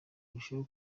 urushaho